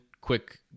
quick